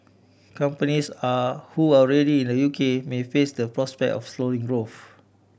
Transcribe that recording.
companies are who are already in the U K may face the prospects of a slower growth